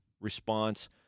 response